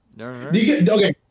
Okay